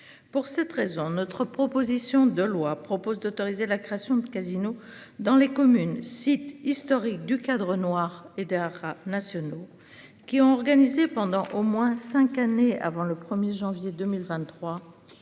Pour cette raison, notre proposition de loi propose d'autoriser la création de casinos dans les communes, site historique du Cadre Noir et d'nationaux qui ont organisé pendant au moins 5 années avant le 1er janvier 2023